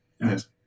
yes